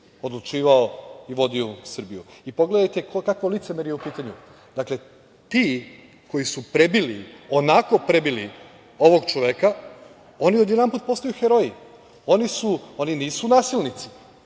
odlučivao i vodio Srbiju. Pogledajte kakvo je licemerje u pitanju. Dakle, ti koji su prebili, onako prebili ovog čoveka, oni odjedanput postaju heroji. Oni nisu nasilnici,